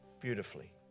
beautifully